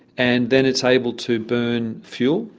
and then it's able to burn fuel,